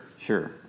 Sure